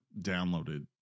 downloaded